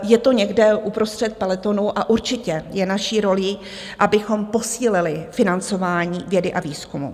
Je to někde uprostřed pelotonu a určitě je naší rolí, abychom posílili financování vědy a výzkumu.